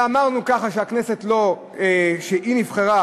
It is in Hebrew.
אמרנו שכשהכנסת נבחרה